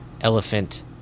Elephant